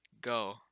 go